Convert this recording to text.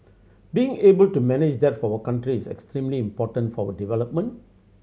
being able to manage that for our country is extremely important for our development